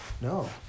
No